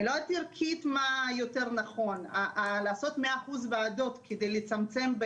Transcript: אני לא יודעת ערכית מה יותר נכון לעשות 100% ועדות כדי לצמצם,